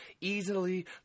easily